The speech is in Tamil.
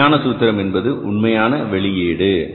எளிமையான சூத்திரம் என்பது உண்மையான வெளியீடு